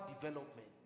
development